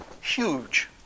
Huge